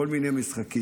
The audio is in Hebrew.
כל מיני משחקים.